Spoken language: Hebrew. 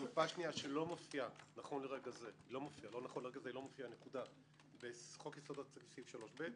חלופה שנייה שלא מופיעה בחוק יסודות התקציב סעיף 3ב,